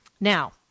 Now